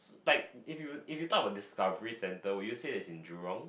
like if you if you talk about Discovery center will you say that it's in Jurong